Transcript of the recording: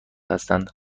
هستند